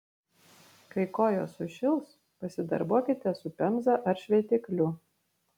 kai kojos sušils pasidarbuokite su pemza ar šveitikliu